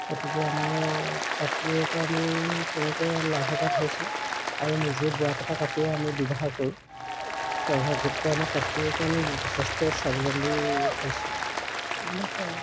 গতিকে আমাৰ কাপোৰৰপৰা আমি তেনেকৈ লাভৱান হৈছোঁ আৰু নিজে বোৱা কটা কাপোৰে আমি ব্যৱহাৰ কৰোঁ প্ৰায়ভাগ গতিকে আমাৰ কাপোৰৰ কাৰণেই যথেষ্ট স্বাৱলম্বী হৈছোঁ সেইবিলাকে আৰু